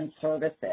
services